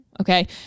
Okay